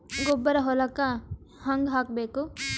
ಗೊಬ್ಬರ ಹೊಲಕ್ಕ ಹಂಗ್ ಹಾಕಬೇಕು?